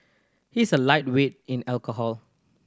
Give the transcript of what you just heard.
he is a lightweight in alcohol